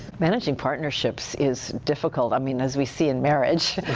managing partnerships is difficult. i mean as we see in marriage.